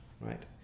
Right